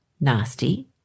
nasty